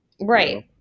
Right